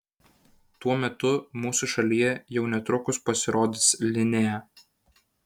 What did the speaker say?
tuo metu mūsų šalyje jau netrukus pasirodys linea